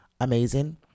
amazing